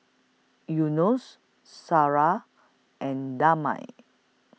Yunos Sarah and Damia